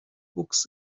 books